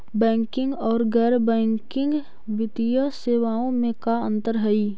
Banking और गैर banking वित्तीय सेवाओं में का अंतर हइ?